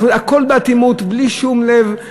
הכול באטימות, בלי שום לב.